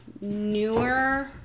newer